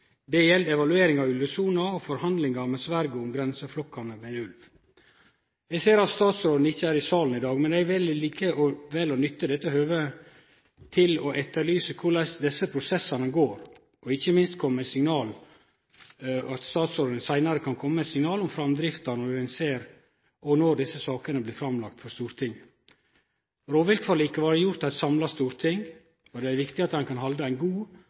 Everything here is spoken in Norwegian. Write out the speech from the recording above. Det gjeld evaluering av ulvesona og forhandlingar med Sverige om grenseflokkane med ulv. Eg ser at statsråden ikkje er i salen i dag, men eg vil likevel nytte dette høvet til å etterlyse korleis desse prosessane går, og ikkje minst at statsråden seinare kan kome med signal om framdrifta og når desse sakene blir lagde fram for Stortinget. Rovviltforliket blei gjort av eit samla storting, og det er viktig at ein kan halde ein god